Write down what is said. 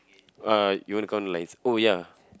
uh you wanna count the lines oh ya